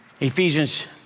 Ephesians